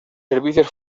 servicios